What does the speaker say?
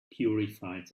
purified